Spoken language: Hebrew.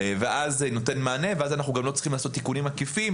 ואז זה נותן מענה ואז אנחנו גם לא צריכים לעשות תיקונים עקיפים